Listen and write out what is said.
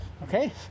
okay